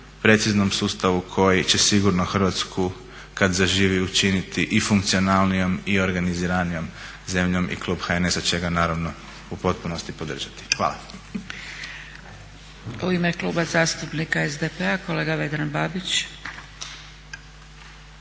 preciznom sustavu koji će sigurno Hrvatsku kada zaživi učiniti i funkcionalnijom i organiziranijom zemljom i klub HNS-a će ga naravno u potpunosti podržati. Hvala. **Zgrebec, Dragica (SDP)** U ime Kluba zastupnika SDP-a kolega Vedran Babić.